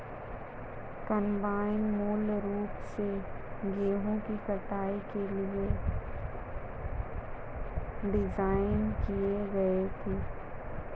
combine मूल रूप से गेहूं की कटाई के लिए डिज़ाइन किए गए थे